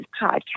podcast